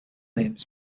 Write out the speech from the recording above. names